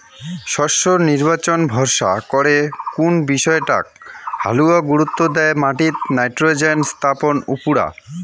শস্যর নির্বাচন ভরসা করে কুন বিষয়টাক হালুয়া গুরুত্ব দ্যায় মাটিত নাইট্রোজেন স্থাপন উপুরা